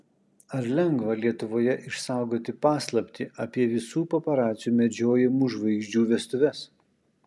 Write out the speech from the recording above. ar lengva lietuvoje išsaugoti paslaptį apie visų paparacių medžiojamų žvaigždžių vestuves